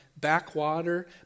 backwater